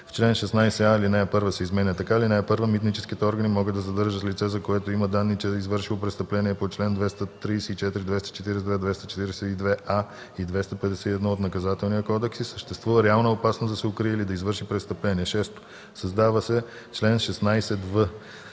В чл. 16а ал. 1 се изменя така: „(1) Митническите органи могат да задържат лице, за което има данни, че е извършило престъпление по чл. 234, 242, 242а и 251 от Наказателния кодекс и съществува реална опасност да се укрие или да извърши престъпление.“ 6. Създава се чл. 16в: